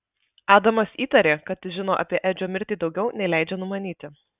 adamas įtarė kad jis žino apie edžio mirtį daugiau nei leidžia numanyti